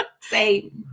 say